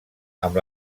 amb